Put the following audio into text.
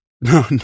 No